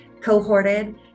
cohorted